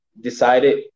decided